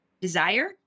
desire